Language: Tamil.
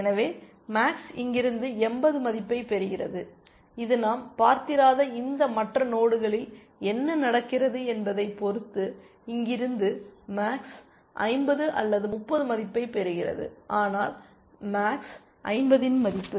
எனவே மேக்ஸ் இங்கிருந்து 80 மதிப்பைப் பெறுகிறது இது நாம் பார்த்திராத இந்த மற்ற நோடுகளில் என்ன நடக்கிறது என்பதைப் பொறுத்து இங்கிருந்து மேக்ஸ் 50 அல்லது 30 மதிப்பைப் பெறுகிறது ஆனால் மேக்ஸ் 50 இன் மதிப்பு